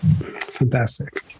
Fantastic